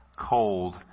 cold